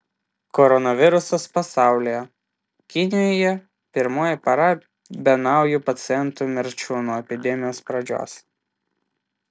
koronavirusas pasaulyje kinijoje pirmoji para be naujų pacientų mirčių nuo epidemijos pradžios